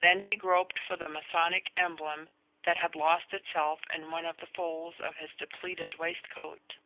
then he groped for the masonic emblem that had lost itself in one of the folds of his depleted waistcoat.